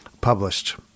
published